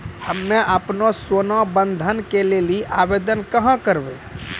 हम्मे आपनौ सोना बंधन के लेली आवेदन कहाँ करवै?